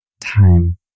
time